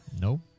Nope